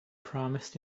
promised